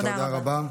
תודה רבה.